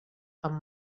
amb